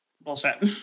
bullshit